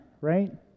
right